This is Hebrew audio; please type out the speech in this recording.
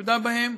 חשודה בהם,